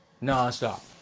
Non-stop